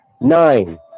nine